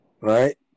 right